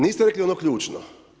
Niste rekli ono ključno.